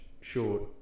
short